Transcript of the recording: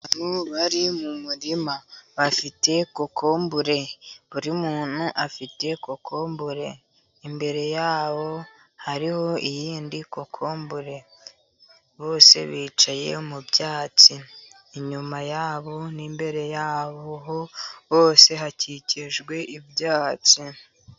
Abantu bari mu murima bafite kokombure. Buri muntu afite kokombure. Imbere yabo hariho iyindi kokombure. bose bicaye mu byatsi. inyuma yabo n'imbere yabo, hose hakikijwe ibyatsi.